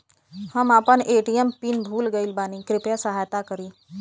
हम आपन ATM PIN भूल गईल बानी कृपया सहायता करी